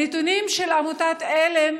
הנתונים של עמותת עלם